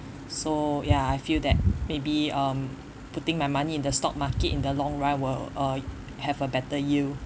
so ya I feel that maybe um putting my money in the stock market in the long run will uh have a better yield